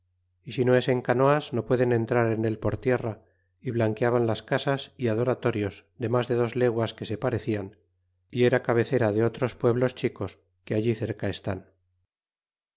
é si no es en canoas no pueden entrar en el por tierra y blanqueaban las casas y adoratorios de mas de dos leguas que se parecian y era cabecera de otros pueblos chicos que allí cerca están